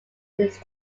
this